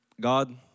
God